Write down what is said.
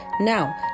Now